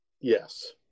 Yes